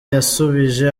yasubije